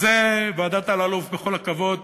וזה, ועדת אלאלוף, בכל הכבוד,